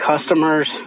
customers